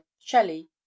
shelley